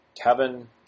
Kevin